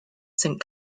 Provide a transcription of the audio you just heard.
saint